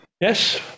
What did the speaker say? yes